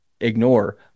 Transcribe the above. ignore